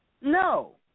No